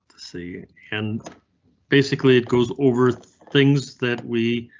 see and basically it goes over things that we.